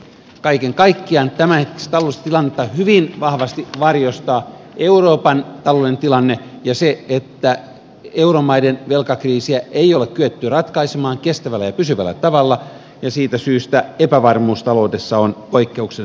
kaiken kaikkiaan tämänhetkistä taloustilannetta hyvin vahvasti varjostaa euroopan taloudellinen tilanne ja se että euromaiden velkakriisiä ei ole kyetty ratkaisemaan kestävällä ja pysyvällä tavalla ja siitä syystä epävarmuus taloudessa on poikkeuksellisen suurta